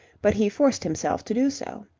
but he forced himself to do so.